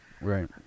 Right